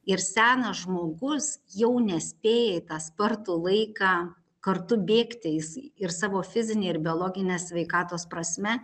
ir senas žmogus jau nespėja į tą spartų laiką kartu bėgti jis ir savo fizine ir biologine sveikatos prasme